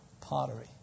pottery